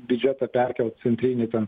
biudžetą perkelt centrinį ten